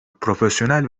profesyonel